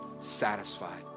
satisfied